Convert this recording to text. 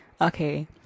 okay